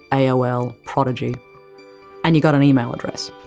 aol, prodigy and you got an email address,